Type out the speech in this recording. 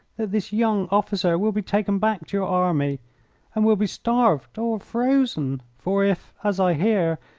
that this young officer will be taken back to your army and will be starved or frozen, for if, as i hear,